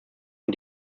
und